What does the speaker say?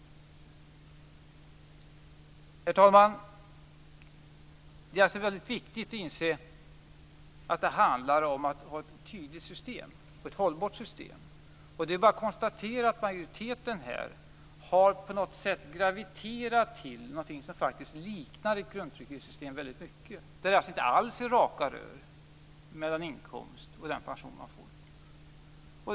Herr talman! Det är viktigt att inse att det handlar om att ha ett tydligt och hållbart system. Det är bara att konstatera att majoriteten har graviterat till något som liknar ett grundtrygghetssystem. Det är inte alls raka rör mellan inkomst och pension.